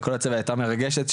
וכל הצוות היתה מרגשת,